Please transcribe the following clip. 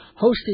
hosted